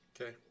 Okay